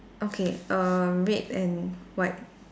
okay err red and white